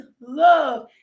love